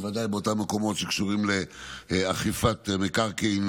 בוודאי באותם מקומות שקשורים לאכיפת מקרקעין